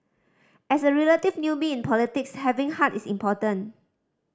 as a relative newbie in politics having heart is important